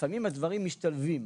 לפעמים הדברים משתלבים.